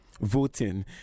voting